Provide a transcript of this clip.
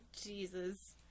Jesus